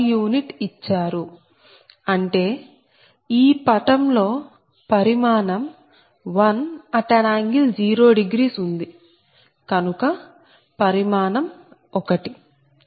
u ఇచ్చారు అంటే ఈ పటం లో పరిమాణం 1∠0ఉంది కనుక పరిమాణం 1